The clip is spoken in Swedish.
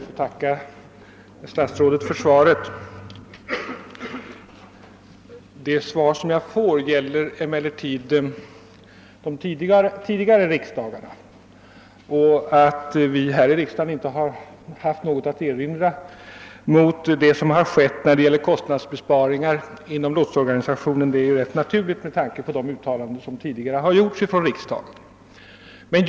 Herr talman! Jag ber att få tacka herr statsrådet och chefen för kommunikationsdepartementet för svaret på min fråga. Svaret hänvisar emellertid endast till att tidigare riksdagar inte haft något att erinra mot de kostnadsbesparingar som gjorts inom lotsorganisatio nen. Detta är också helt naturligt med tanke på de av riksdagen gjorda uttalandena.